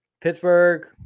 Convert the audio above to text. Pittsburgh